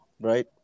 right